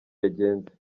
yagenze